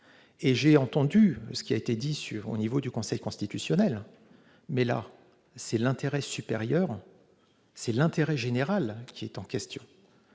J'ai entendu ce qui a été dit sur une possible censure du Conseil constitutionnel. Mais là, c'est l'intérêt supérieur, c'est l'intérêt général qui est en question.